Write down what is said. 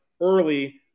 early